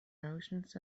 oceans